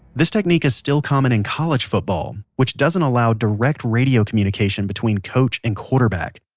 this technique is still common in college football, which doesn't allow direct radio communications between coach and quarterback.